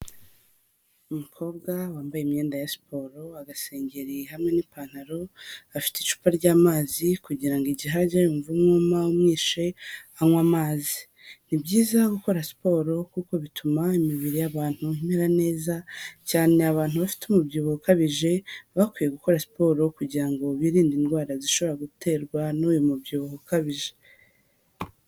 Umukobwa wambaye imyenda ya siporo agaseri hamwe n'ipantaro afite icupa ry'amazi kugira ngo igihe ajya yumva umwumawishe anywa amazi ni byiza gukora siporo kuko bituma imibiri y'abantumera neza cyane abantu bafite umubyibuho ukabije bakwiye gukora siporo kugira ngo birinde indwara zishobora guterwa n'uyu mubyibuho ukabije.